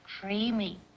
creamy